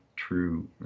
true